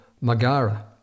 Magara